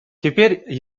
теперь